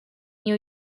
new